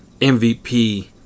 MVP